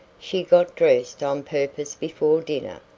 she got dressed on purpose before dinner.